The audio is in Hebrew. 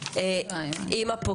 רק לוודא --- אימא שלי